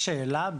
שאלה,